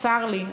צר לי,